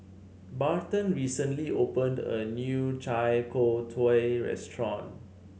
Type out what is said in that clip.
Barton recently opened a new Chai Tow Kway Restaurant